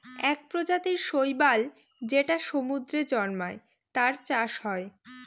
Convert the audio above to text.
এক প্রজাতির শৈবাল যেটা সমুদ্রে জন্মায়, তার চাষ হয়